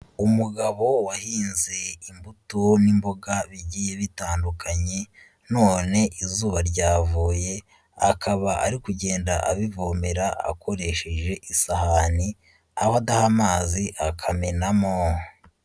Umugabo wahinze imbuto n'imboga bigiye bitandukanye, none izuba ryavuye akaba ari kugenda abivomera akoresheje isahani, aba adaha amazi akamenamo.